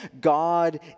God